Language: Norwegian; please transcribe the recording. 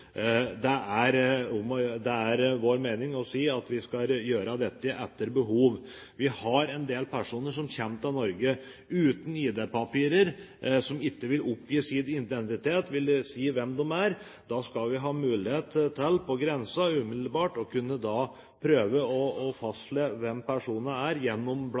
Det er vår mening at vi skal gjøre dette etter behov. Det er en del personer som kommer til Norge uten ID-papirer, som ikke vil oppgi sin identitet og si hvem de er. Da skal vi ha mulighet til på grensen umiddelbart å prøve å fastslå hvem personen er, gjennom